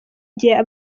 gihe